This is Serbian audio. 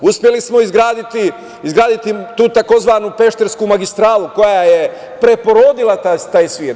Uspeli smo izgraditi tu takozvanu Peštarsku magistralu, koja je preporodila taj svet.